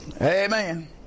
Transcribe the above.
Amen